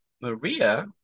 Maria